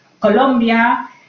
Colombia